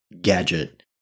gadget